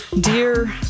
Dear